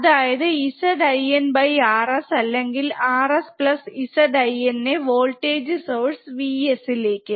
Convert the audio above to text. അതായത് ZinRs അല്ലെങ്കിൽ Rs Zin നെ വോൾടേജ് സോഴ്സ് Vs ലേക്ക്